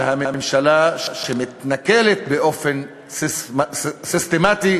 ממשלה שמתנכלת באופן סיסטמטי